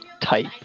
type